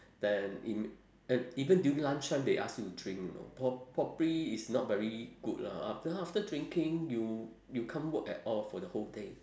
then in and even during lunch time they ask you to drink you know prob~ probably it's not very good lah then after drinking you you can't work at all for the whole day